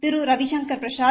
Thiru Ravishankar Prasad